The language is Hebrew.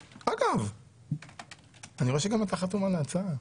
אגב, אני רואה שגם אתה חתום על ההצעה.